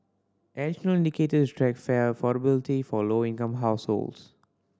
additional indicator to track fare affordability for low income households